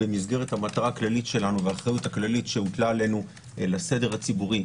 במסגרת המטרה הכללית שלנו והאחריות הכללית שהוטלה עלינו לסדר הציבורי,